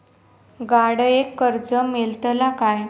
गाडयेक कर्ज मेलतला काय?